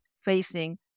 facing